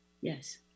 Yes